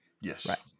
Yes